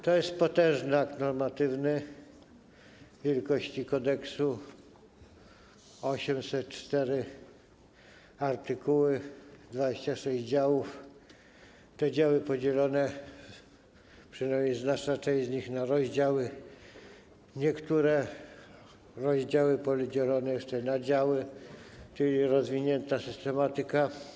To jest potężny akt normatywny wielkości kodeksu: 804 artykuły, 26 działów, działy podzielone, przynajmniej znaczna część z nich, na rozdziały, niektóre rozdziały podzielone jeszcze na działy, czyli rozwinięta systematyka.